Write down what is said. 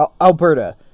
Alberta